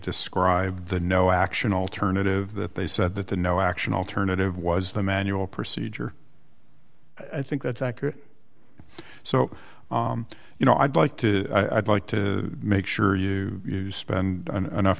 described the no action alternative that they said that the no action alternative was a manual procedure i think that's accurate so you know i'd like to i'd like to make sure you spend enough